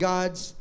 God's